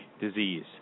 disease